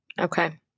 Okay